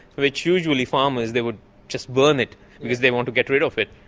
which usually farmers they would just burn it because they want to get rid of it.